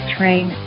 Train